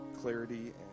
clarity